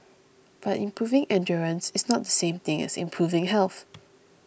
but improving endurance is not the same thing as improving health